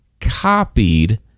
copied